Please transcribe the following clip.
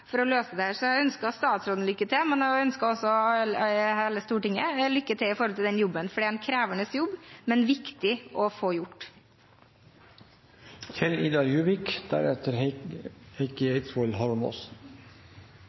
for å løse dette. Jeg ønsker statsråden lykke til, og jeg ønsker også hele Stortinget lykke til med jobben. Det er en krevende jobb, men viktig å få